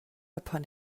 upon